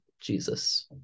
Jesus